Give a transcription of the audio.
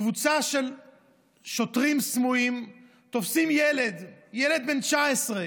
קבוצה של שוטרים סמויים תופסים ילד, ילד בן 19,